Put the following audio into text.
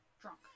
drunk